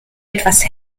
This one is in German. etwas